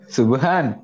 Subhan